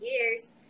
years